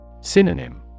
Synonym